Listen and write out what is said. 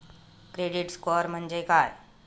Credit score म्हणजे काय?